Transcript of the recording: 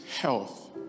health